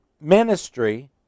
ministry